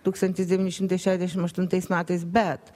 tūkstantis devyni šimtai šešiasdešim aštuntais metais bet